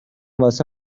واسه